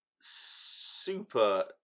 super